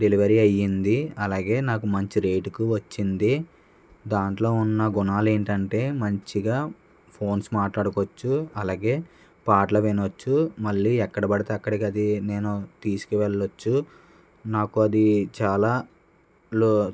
delivery అయింది అలాగే నాకు మంచి రేటుకి వచ్చింది దానిలో ఉన్న గుణాలు ఏంటంటే మంచిగా ఫోన్స్ మాట్లాడుకోవచ్చు అలాగే పాటలు వినవచ్చు మళ్ళీ ఎక్కడపడితే అక్కడకి అది నేను తీసుకుని వెళ్ళవచ్చు నాకు అది చాలా లో